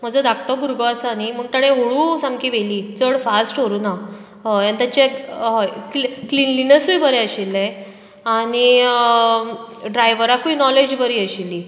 म्हजो धाकटो भुरगो आसा न्ही म्हणून तांणी हळू सामकी व्हेली चड फास्ट व्हरूना हय आनी हय क्लि क्लि क्लिनलीनेसूय बरें आशिल्ले आनी ड्रायवराकूय नोलेज बरी आशिल्ली